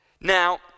Now